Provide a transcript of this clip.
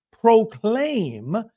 proclaim